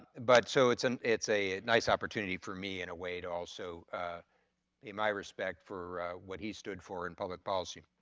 but so it's and it's a nice opportunity for me in a way to also in my respect for what he stood for in public policy.